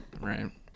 Right